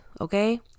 okay